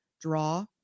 Draw